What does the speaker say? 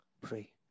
Pray